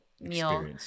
meal